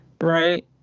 right